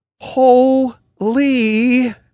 Holy